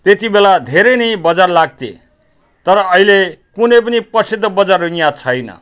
त्यति बेला धेरै नै बजार लाग्थ्यो तर अहिले कुनै पनि प्रसिद्ध त बजारहरू यहाँ छैन